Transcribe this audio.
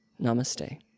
Namaste